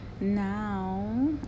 Now